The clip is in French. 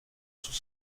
sous